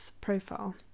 profile